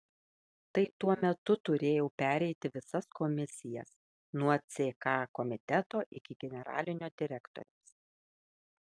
tai tuo metu turėjau pereiti visas komisijas nuo ck komiteto iki generalinio direktoriaus